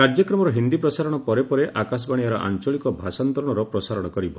କାର୍ଯ୍ୟକ୍ରମର ହିନ୍ଦୀ ପ୍ରସାରଣ ପରେ ପରେ ଆକାଶବାଣୀ ଏହାର ଆଞ୍ଚଳିକ ଭାଷାନ୍ତରଣର ପ୍ରସାରଣ କରିବ